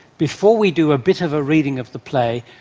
before we do a bit of a reading of the play,